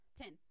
ten